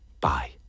Bye